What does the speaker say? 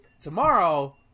tomorrow